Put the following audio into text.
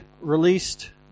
released